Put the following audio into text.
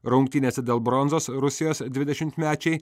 rungtynėse dėl bronzos rusijos dvidešimtmečiai